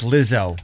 Lizzo